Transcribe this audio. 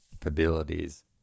capabilities